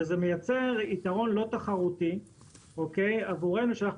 וזה מייצר ייתרון לא תחרותי עבורנו שאנחנו